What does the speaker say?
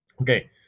Okay